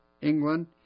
England